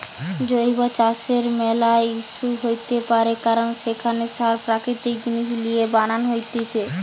জৈব চাষের ম্যালা ইস্যু হইতে পারে কারণ সেখানে সার প্রাকৃতিক জিনিস লিয়ে বানান হতিছে